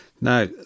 Now